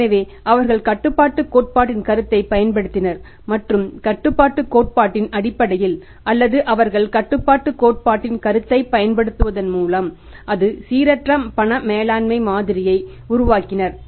எனவே அவர்கள் கட்டுப்பாட்டுக் கோட்பாட்டின் கருத்தைப் பயன்படுத்தினர் மற்றும் கட்டுப்பாட்டுக் கோட்பாட்டின் அடிப்படையில் அல்லது அவர்கள் கட்டுப்பாட்டுக் கோட்பாட்டின் கருத்தைப் பயன்படுத்துவதன் மூலம் அது சீரற்ற பண மேலாண்மை மாதிரியை உருவாக்கினர்